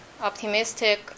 optimistic